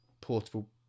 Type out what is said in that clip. portable